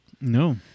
No